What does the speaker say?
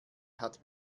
hat